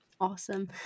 Awesome